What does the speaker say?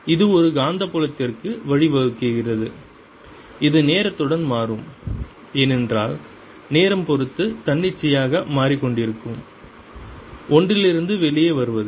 இது ஒரு காந்தப்புலத்திற்கு வழிவகுக்கிறது இது நேரத்துடன் மாறும் ஏனென்றால் நேரம் பொருத்து தன்னிச்சையாக மாறிக்கொண்டிருக்கும் ஒன்றிலிருந்து வெளியே வருவது